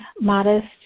modest